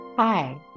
Hi